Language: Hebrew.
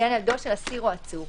בעניין ילדו של אסיר או עצור,